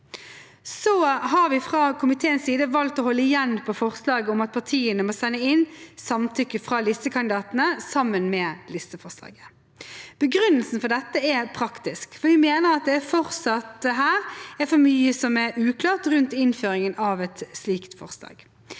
Så har vi fra komiteens side valgt å holde igjen på forslaget om at partiene må sende inn samtykke fra listekandidatene sammen med listeforslaget. Begrunnelsen for dette er praktisk, for vi mener at det fortsatt her er for mye som er uklart rundt innføringen av et slikt forslag.